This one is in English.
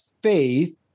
faith